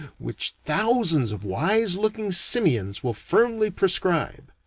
which thousands of wise-looking simians will firmly prescribe.